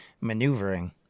maneuvering